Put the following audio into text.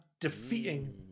defeating